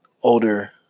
older